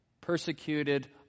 persecuted